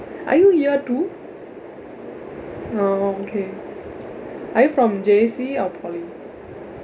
are you year two oh okay are you from J_C or poly